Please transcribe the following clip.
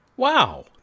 Wow